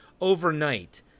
overnight